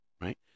right